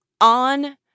on